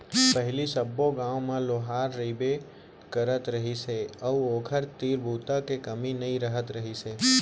पहिली सब्बो गाँव म लोहार रहिबे करत रहिस हे अउ ओखर तीर बूता के कमी नइ रहत रहिस हे